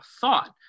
thought